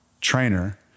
trainer